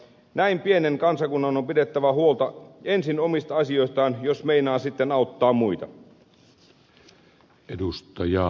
näin pienen kansakunnan on pidettävä huolta ensin omista asioistaan jos meinaa sitten auttaa muita